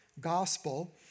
gospel